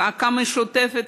צעקה משותפת,